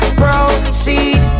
proceed